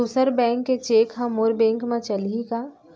दूसर बैंक के चेक ह मोर बैंक म चलही का?